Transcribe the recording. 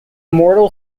mortal